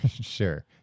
Sure